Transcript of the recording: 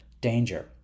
danger